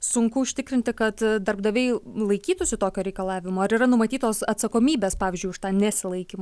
sunku užtikrinti kad darbdaviai laikytųsi tokio reikalavimo ar yra numatytos atsakomybės pavyzdžiui už tą nesilaikym